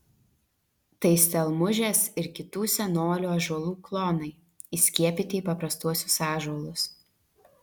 tai stelmužės ir kitų senolių ąžuolų klonai įskiepyti į paprastuosius ąžuolus